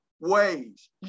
ways